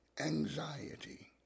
anxiety